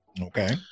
Okay